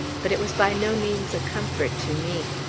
but it was by no means a comfort to me.